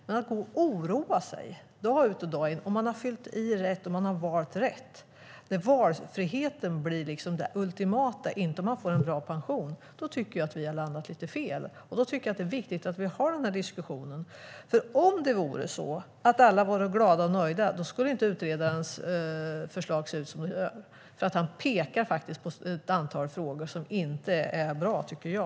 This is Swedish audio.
Men om de ska gå och oroa sig dag ut och dag in för om de har fyllt i och valt rätt och om valfriheten blir det ultimata och inte om man får en bra pension, tycker jag att vi har landat lite fel. Då är det viktigt att vi har den här diskussionen. Om det vore så att alla var glada och nöjda skulle utredarens förslag inte se ut som det gör. Han pekar på ett antal frågor som inte är bra, tycker jag.